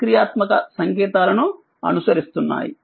నిష్క్రియాత్మక సంకేతాలను అనుసరిస్తున్నాయి